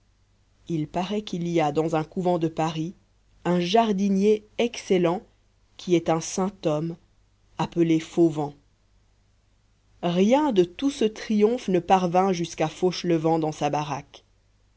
il paraît qu'il y a dans un couvent de paris un jardinier excellent qui est un saint homme appelé fauvent rien de tout ce triomphe ne parvint jusqu'à fauchelevent dans sa baraque